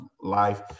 life